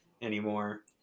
anymore